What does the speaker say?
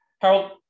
Harold